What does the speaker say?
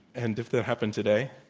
and if that happened today?